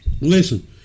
Listen